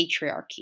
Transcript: patriarchy